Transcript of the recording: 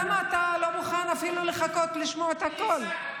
למה אתה לא מוכן אפילו לחכות לשמוע את הכול?